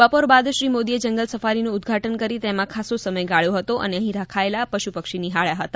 બપોર બાદ શ્રી મોદીએ જંગલ સફારીનું ઉદ્વાટન કરી તેમાં સમય ગાળ્યો હતો અને અહી રખાયેલા પશુ પક્ષી નિહાળ્યા હતા